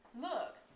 look